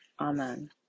Amen